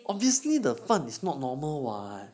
obviously the 饭 is not normal [what]